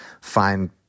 find